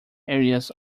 areas